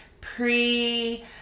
pre